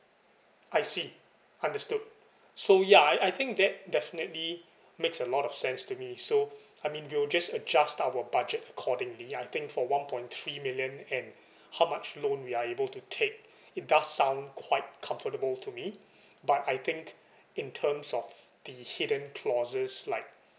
I see understood so ya I I think that definitely makes a lot of sense to me so I mean we will just adjust our budget accordingly I think for one point three million and how much loan we are able to take it does sound quite comfortable to me but I think in terms of the hidden clauses like